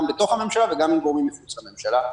בתוך הממשלה וגם עם גורמים מחוץ לממשלה,